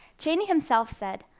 cheney himself said,